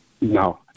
No